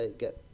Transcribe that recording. get